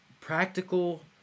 Practical